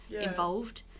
involved